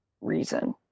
reason